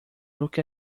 look